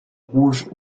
rouge